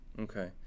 Okay